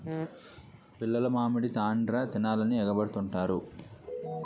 పిల్లలు మామిడి తాండ్ర తినాలని ఎగబడుతుంటారు